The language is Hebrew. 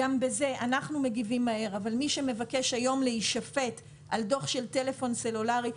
אנחנו מגיבים מהר אבל מי שמבקש היום להישפט על דוח של טלפון סלולרי,